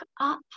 up